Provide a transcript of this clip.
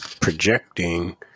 projecting